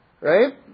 Right